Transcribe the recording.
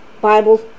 Bible's